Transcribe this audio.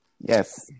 yes